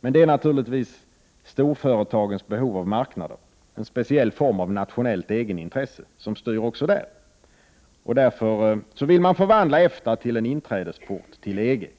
Men det är naturligtvis storföretagens behov av marknader, en speciell form av nationellt egenintresse, som styr. Därför vill man förvandla EFTA till ett inträdeskort till EG.